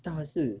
当然是